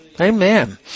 Amen